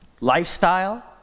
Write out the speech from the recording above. Lifestyle